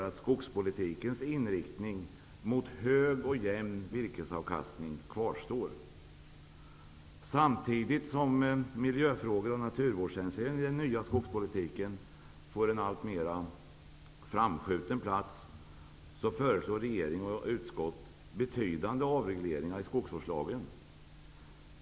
Utskottet skriver också: Samtidigt som miljöfrågor och naturvårdshänsyn får en allt mer framskjuten plats i den nya skogspolitiken, föreslår regering och utskott betydande avregleringar i skogsvårdslagen.